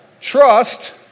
trust